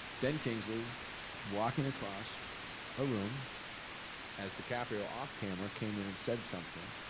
ben kingsley walking across a room as dicaprio, off-camera, came in and said something.